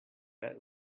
bad